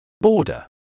border